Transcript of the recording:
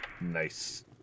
Nice